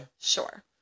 Sure